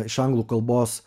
iš anglų kalbos